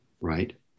right